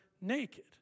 naked